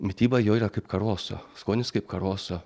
mityba jo yra kaip karoso skonis kaip karoso